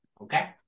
Okay